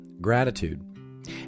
gratitude